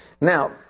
Now